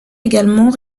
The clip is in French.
également